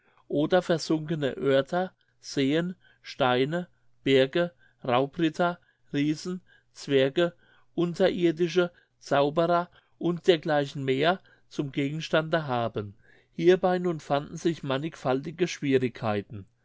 oder versunkene oerter seeen steine berge raubritter riesen zwerge unterirdische zauberer und dergleichen mehr zum gegenstande haben hierbei nun fanden sich mannigfache schwierigkeiten